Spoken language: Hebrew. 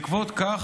בעקבות כך,